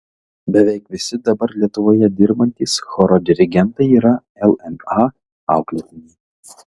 beveik visi dabar lietuvoje dirbantys choro dirigentai yra lma auklėtiniai